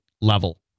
level